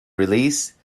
release